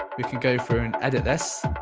we can go through and edit this